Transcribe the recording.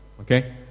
Okay